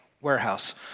Warehouse